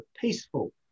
peaceful